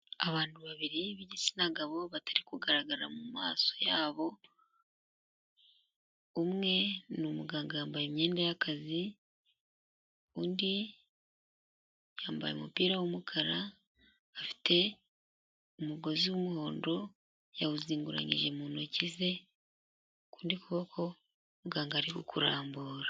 Abantu babiri b'igitsina gabo batari kugaragara mu maso yabo, umwe ni umuganga yambaye imyenda y'akazi, undi yambaye umupira w'umukara, afite umugozi w'umuhondo yawuzinguranyije mu ntoki ze, ukundi kuboko muganga ari ku kurambura